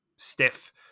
stiff